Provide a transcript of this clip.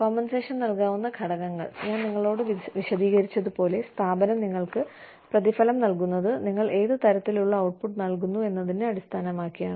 compensation നൽകാവുന്ന ഘടകങ്ങൾ ഞാൻ നിങ്ങളോട് വിശദീകരിച്ചതുപോലെ സ്ഥാപനം നിങ്ങൾക്ക് പ്രതിഫലം നൽകുന്നത് നിങ്ങൾ ഏത് തരത്തിലുള്ള ഔട്ട്പുട്ട് നൽകുന്നു എന്നതിനെ അടിസ്ഥാനമാക്കിയാണ്